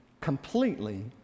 completely